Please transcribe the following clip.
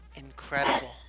Incredible